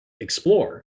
explore